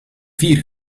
vier